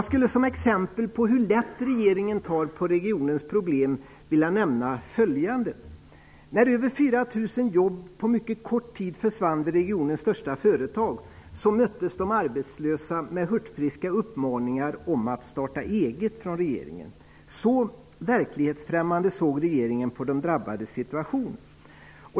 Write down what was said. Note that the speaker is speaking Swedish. Som exempel på hur lätt regeringen tar på regionens problem vill jag nämna följande. När över 4 000 jobb på mycket kort tid försvann vid regionens största företag möttes de arbetslösa av hurtfriska uppmaningar om att starta eget. Så verklighetsfrämmande såg regeringen på de drabbades situation.